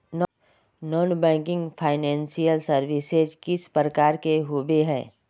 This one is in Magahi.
नॉन बैंकिंग फाइनेंशियल सर्विसेज किस प्रकार के होबे है?